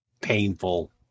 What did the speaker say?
painful